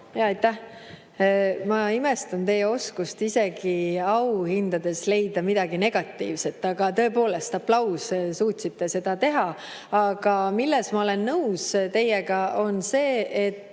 Ma imestan teie oskust isegi auhindades leida midagi negatiivset. Tõepoolest, aplaus – suutsite seda teha! Aga milles ma olen nõus teiega, on see, et